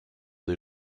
des